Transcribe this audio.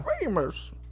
famous